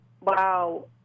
wow